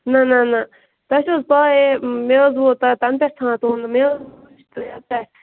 نہَ نہَ نہَ تۄہہِ چھُو حظ پے مےٚ حظ ووت تۄہہِ تنہٕ پٮ۪ٹھ ژھانٛڈان تُہنٛد مےٚ حظ وُچھ تُہۍ یتھ پٮ۪ٹھ